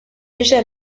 déjà